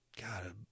God